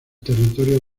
territorio